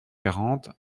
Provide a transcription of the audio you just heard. quarante